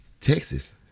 Texas